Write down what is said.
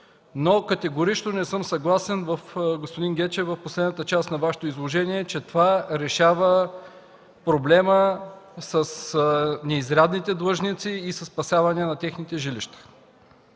Но категорично не съм съгласен, господин Гечев, с последната част от Вашето изложение, че това решава проблема с неизрядните длъжници и със спасяване на техните жилища.